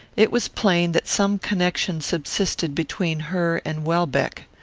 it was plain that some connection subsisted between her and welbeck.